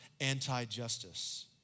anti-justice